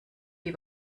die